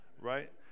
Right